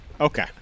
Okay